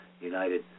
United